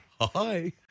Hi